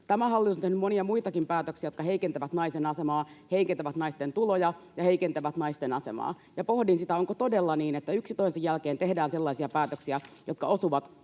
Tämä hallitus on tehnyt monia muitakin päätöksiä, jotka heikentävät naisen asemaa ja heikentävät naisten tuloja. Pohdin sitä, onko todella niin, että yksi toisen jälkeen tehdään sellaisia päätöksiä, jotka osuvat